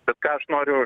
bet ką aš noriu